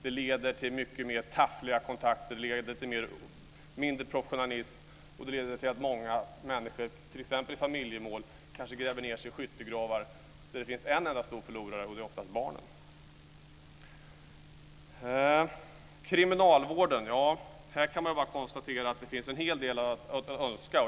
Det leder till mycket mer taffliga kontakter, mindre professionalism och till att många människor i t.ex. familjemål kanske gräver ned sig i skyttegravar där det finns en enda stor förlorare, och det är oftast barnen. Det finns en hel del att önska när det gäller kriminalvården.